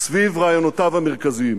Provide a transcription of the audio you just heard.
סביב רעיונותיו המרכזיים,